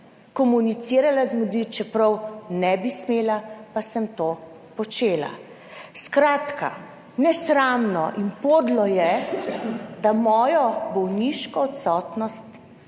komunicirala z ljudmi, čeprav ne bi smela, pa sem to počela. Skratka, nesramno in podlo je, da mojo bolniško odsotnost